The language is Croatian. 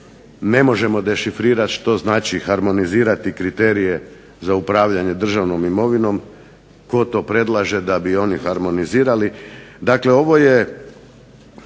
ne možemo dešifrirati što znači harmonizirati kriterije za upravljanje državnom imovinom, tko to predlaže da bi oni harmonizirali.